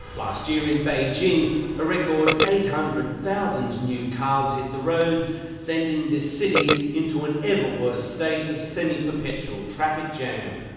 last year in beijing a record eight hundred thousand new cars hit the roads sending this city into an ever-worse state of semi-perpetual traffic jam.